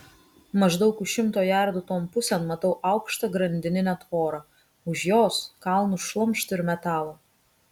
maždaug už šimto jardų ton pusėn matau aukštą grandininę tvorą už jos kalnus šlamšto ir metalo